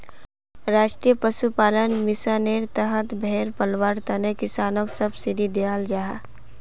राष्ट्रीय पशुपालन मिशानेर तहत भेड़ पलवार तने किस्सनोक सब्सिडी दियाल जाहा